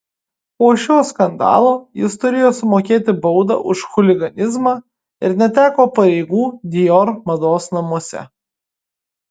po šio skandalo jis turėjo sumokėti baudą už chuliganizmą ir neteko pareigų dior mados namuose